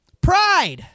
Pride